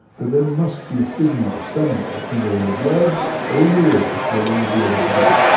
that there must be a signal somewhere, either in the blood or in the urine that we would be able to pick up.